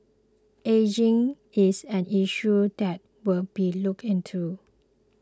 ageing is an issue that will be looked into